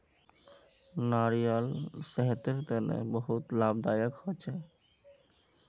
नारियाल सेहतेर तने बहुत लाभदायक होछे